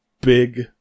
big